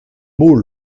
mot